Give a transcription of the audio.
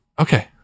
Okay